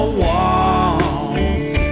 walls